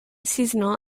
seasonal